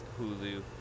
Hulu